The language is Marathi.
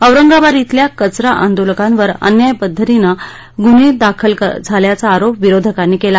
औरंगाबाद श्रेल्या कचरा आंदोलकांवर अन्याय पध्दतीनं गुन्हे दाखल झाल्याचा आरोप विरोधकांनी केला